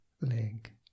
leg